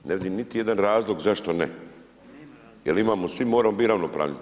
Ne vidim niti jedan razlog zašto ne, jer imamo, svi moramo biti ravnopravni.